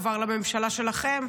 עבר לממשלה שלכם,